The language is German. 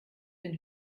den